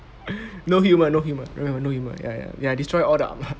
no humour no humour no no humour ya destroy all the armour